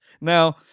now